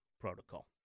protocol